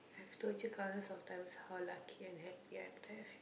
have told you countless of times how lucky and happy I'm tired of you